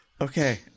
Okay